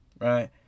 right